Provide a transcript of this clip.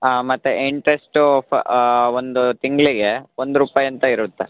ಹಾಂ ಮತ್ತು ಇಂಟ್ರೆಷ್ಟು ಒಂದು ತಿಂಗಳಿಗೆ ಒಂದು ರೂಪಾಯಿ ಅಂತ ಇರುತ್ತೆ